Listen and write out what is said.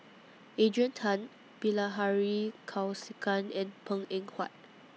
Adrian Tan Bilahari Kausikan and Png Eng Huat